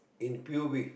in pub